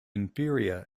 inferior